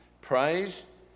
Praise